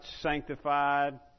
sanctified